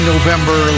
November